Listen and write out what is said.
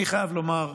אני חייב לומר,